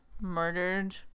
murdered